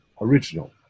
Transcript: original